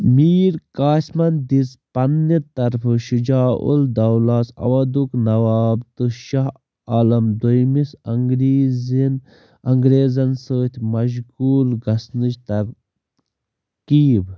میٖر قاسمن دِژ پنٕنہِ طرفہٕ شُجاعُل دولاہَس اودُک نواب تہٕ شاہ عالم دوٚیمِس انٛگریٖزیَن اَنٛگریزَن سٕتی مشغوٗل گژھنٕچ ترکیٖب